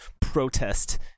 protest